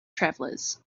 travelers